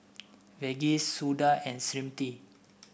Verghese Suda and Smriti